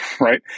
Right